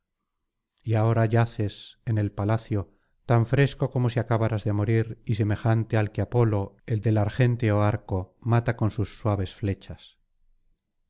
y ahora yaces en el palacio tan fresco como si acabaras de morir y semejante al que apolo el del argénteo arco mata con sus suaves flechas